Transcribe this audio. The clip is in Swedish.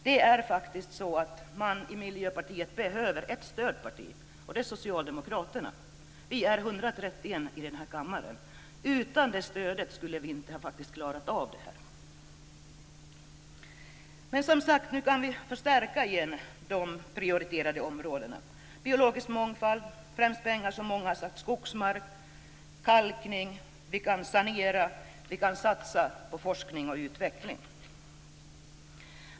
Det är faktiskt så att Miljöpartiet behöver ett stödparti, Socialdemokraterna. Vi är 131 socialdemokrater i denna kammare. Utan det stödet hade vi faktiskt inte klarat av detta. Nu kan vi förstärka de prioriterade områdena igen - biologisk mångfald, skogsmark, kalkning. Vi kan sanera och satsa på forskning och utveckling.